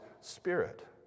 spirit